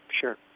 sure